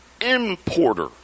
importer